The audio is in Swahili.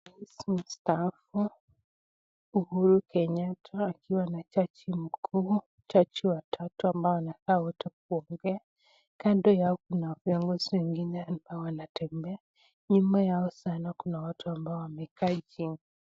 Rais mstaafu Uhuru Kenyatta akiwa na jaji mkuu, jaji watatu ambao wanakaa wote kuongea. Kando yao kuna viongozi wengine ambao wanatembea. Nyuma yao sana kuna watu ambao wamekaa chini.